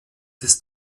des